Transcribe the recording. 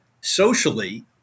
socially